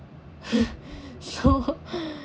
so